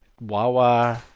wawa